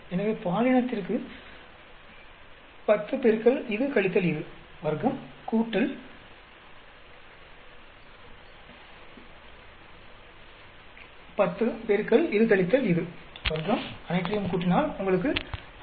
எனவே பாலினத்திற்கு 10 பெருக்கல் இது கழித்தல் இது வர்க்கம் கூட்டல் 1௦ பெருக்கல் இது கழித்தல் இது வர்க்கம் அனைற்றையும் கூட்டினால் உங்களுக்கு 561